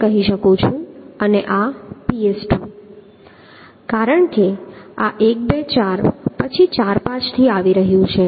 આ હું ps1 કહી શકું છું અને આ ps2 છે કારણ કે આ 1 2 4 પછી 4 5 થી આવી રહ્યું છે